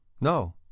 No